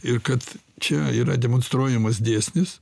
ir kad čia yra demonstruojamas dėsnis